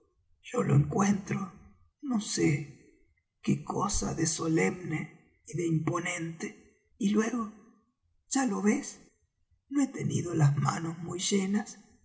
yo le encuentro no sé qué cosa de solemne y de imponente y luego ya lo ves no he tenido las manos muy llenas